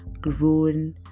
grown